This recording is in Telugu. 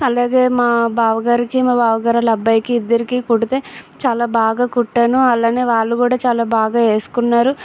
అలాగే మా బావగారికి మా బావగారి వాళ్ళ అబ్బాయికి ఇద్దరికి కుడితే చాలా బాగా కుట్టాను అలాగే వాళ్ళు కూడా చాలా బాగా వేసుకున్నారు